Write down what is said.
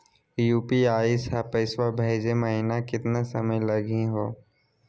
UPI स पैसवा भेजै महिना केतना समय लगही हो?